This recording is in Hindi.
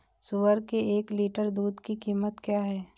सुअर के एक लीटर दूध की कीमत क्या है?